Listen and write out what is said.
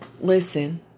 listen